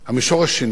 המישור השני: